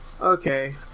Okay